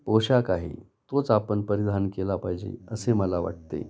पोशाख आहे तोच आपण परिधान केला पाहिजे असे मला वाटते